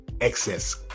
excess